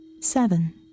Seven